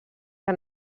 que